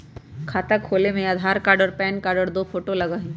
खाता खोले में आधार कार्ड और पेन कार्ड और दो फोटो लगहई?